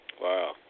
Wow